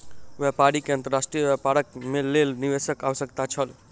व्यापारी के अंतर्राष्ट्रीय व्यापारक लेल निवेशकक आवश्यकता छल